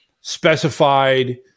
specified